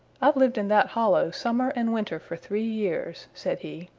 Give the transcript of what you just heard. i've lived in that hollow summer and winter for three years, said he.